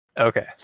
Okay